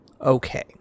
okay